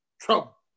trouble